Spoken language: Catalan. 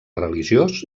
religiós